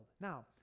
Now